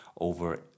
over